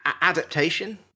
adaptation